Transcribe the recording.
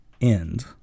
end